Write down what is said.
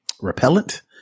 repellent